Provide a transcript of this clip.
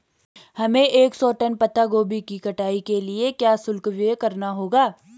हमें एक सौ टन पत्ता गोभी की कटाई के लिए क्या शुल्क व्यय करना होगा?